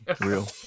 real